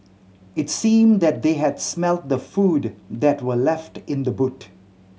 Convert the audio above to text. it seemed that they had smelt the food that were left in the boot